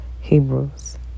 Hebrews